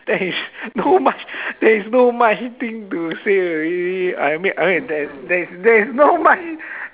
there is no much there is no much thing to say already I mean I uh there there is there is no much